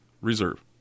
reserve